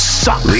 suck